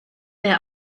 their